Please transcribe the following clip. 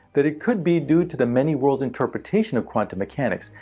that it could be due to the many worlds interpretation of quantum mechanics.